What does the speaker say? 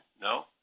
No